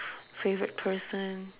favourite person